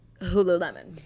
Hululemon